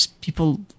people